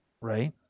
Right